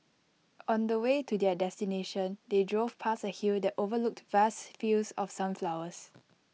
on the way to their destination they drove past A hill that overlooked vast fields of sunflowers